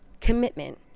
commitment